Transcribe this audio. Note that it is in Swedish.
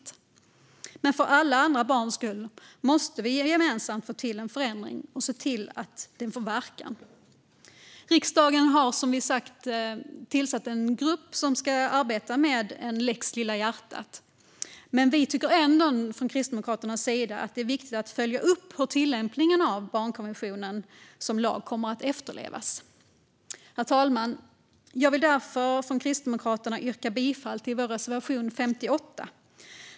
Men för alla andra barns skull måste vi gemensamt få till en förändring och se till att den får verkan. Riksdagen har tillsatt en grupp som ska arbeta med en lex Lilla hjärtat. Men vi tycker ändå från Kristdemokraternas sida att det är viktigt att följa upp hur tillämpningen av barnkonventionen som lag kommer att efterlevas. Herr talman! Jag vill därför från Kristdemokraterna yrka bifall till vår reservation 58.